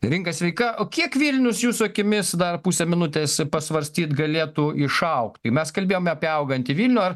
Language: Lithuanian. rinka sveika o kiek vilnius jūsų akimis dar pusę minutės pasvarstyt galėtų išaugti mes kalbėjome apie augantį vilnių ar